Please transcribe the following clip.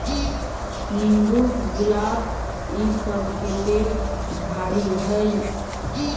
नींबू, गुलाब इ सब के पेड़ झाड़ि हई